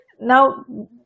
now